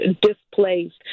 displaced